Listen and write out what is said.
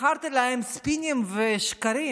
מכרתם להם ספינים ושקרים.